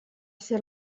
ser